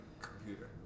computer